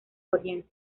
oriente